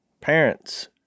parents